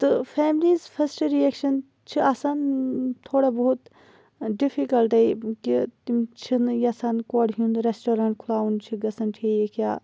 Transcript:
تہٕ فیملیٖز فٔسٹہٕ رِایٚکشَن چھُ آسان تھوڑا بہت ڈِفِکَلٹَے کہِ تِم چھِ نہٕ یَژھان کورِ ہُنٛد ریٚسٹورنٹ کھُلاوُن چھُ گَژھان ٹھیٖٖک یا